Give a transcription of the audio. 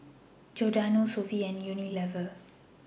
Giordano Sofy and Unilever